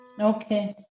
Okay